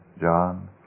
John